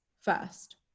first